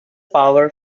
power